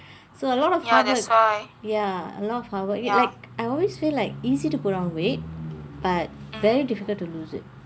so a lot of hard work ya a lot of hardwork you like I always feel like easy to put on weight but very difficult to lose it